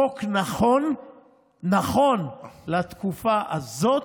הוא חוק נכון לתקופה הזאת,